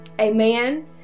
amen